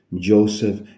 Joseph